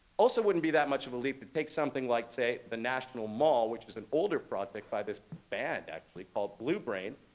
also wouldn't be that much of a leap to take something like say the national mall, which is an older project by this band actually called bluebrain,